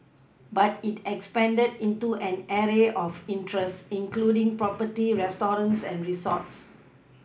but it expanded into an array of interests including property restaurants and resorts